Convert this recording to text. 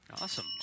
Awesome